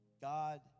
God